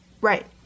Right